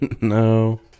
No